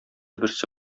берсе